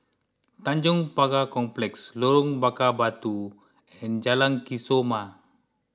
Tanjong Pagar Complex Lorong Bakar Batu and Jalan Kesoma